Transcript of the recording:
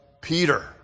Peter